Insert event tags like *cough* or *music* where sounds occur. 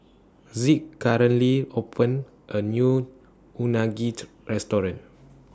*unintelligible* opened A New Unagit Restaurant